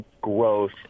growth